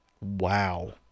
Wow